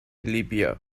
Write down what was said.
libya